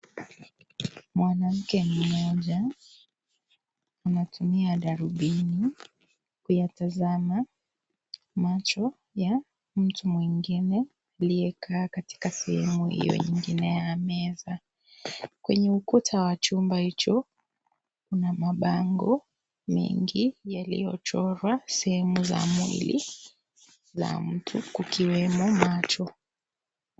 Mwanamke mmoja anatumia darubini kuyatazama macho ya mtu mwingine aliyekaa katika sehemu hiyo ingine ya meza. Kwenye ukuta wa chumba hicho kuna mabango mengi yaliyochorwa sehemu za mwili za mtu kukiwemo macho.